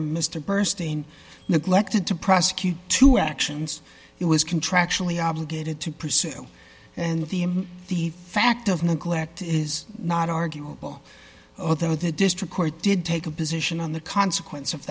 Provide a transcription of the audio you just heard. mr burstein neglected to prosecute two actions he was contractually obligated to pursue and the and the fact of neglect is not arguable although the district court did take a position on the consequence of